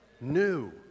New